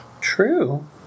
True